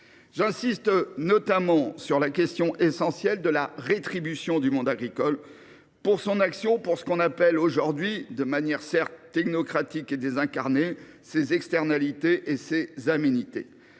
J’insiste notamment sur la question essentielle de la rétribution du monde agricole pour ce qu’on appelle de manière technocratique et désincarnée les externalités et les aménités